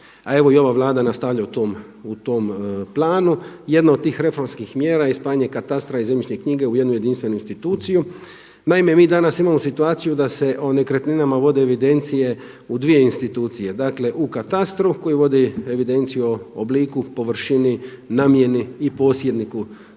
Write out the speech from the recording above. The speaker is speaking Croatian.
a evo i ova Vlada nastavlja u tom planu. Jedna od tih reformskih mjera je spajanje katastra i zemljišne knjige u jednu jedinstvenu instituciju. Naime, mi danas imamo situaciju da se o nekretninama vode evidencije u dvije institucije, dakle u katastru koji vodi evidenciju o obliku, površini, namjeni i posjedniku